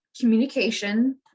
Communication